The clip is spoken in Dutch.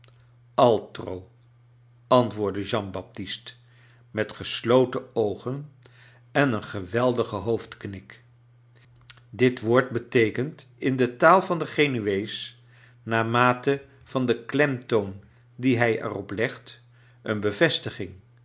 antwoordde jean baptist met gesloten oogen en een geweldigen hoofdknik dit woord beteekent in de taal van den genuees naarmate van den klemtoon dien hij er op legt een bevestiging